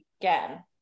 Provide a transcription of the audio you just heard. again